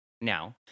now